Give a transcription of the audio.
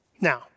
Now